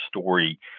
story